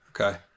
Okay